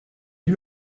lui